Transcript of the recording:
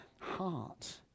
heart